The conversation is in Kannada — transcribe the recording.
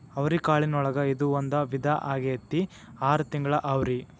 ಅವ್ರಿಕಾಳಿನೊಳಗ ಇದು ಒಂದ ವಿಧಾ ಆಗೆತ್ತಿ ಆರ ತಿಂಗಳ ಅವ್ರಿ